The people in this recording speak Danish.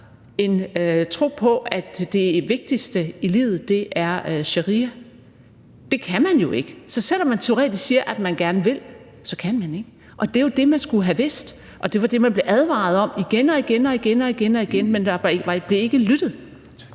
tro på, at det vigtigste i livet er sharia? Det kan man jo ikke. Så selv om vedkommende teoretisk set siger, at vedkommende gerne vil, så kan vedkommende ikke, og det er jo det, man skulle have vidst, og det var det, man blev advaret om igen og igen, men der blev ikke lyttet.